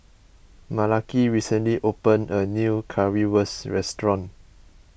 Malaki recently opened a new Currywurst restaurant